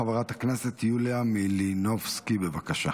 חברת הכנסת יוליה מלינובסקי, בבקשה.